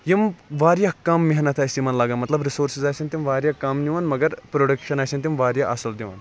یِم واریاہ کم محنت آسہِ یِمن لگان مطلب رِسورسٕز آسن تِم واریاہ کَم نِوان مگر پرٛوڈَکشن آسن تِم واریاہ اَصٕل دِوان